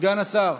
סגן השר.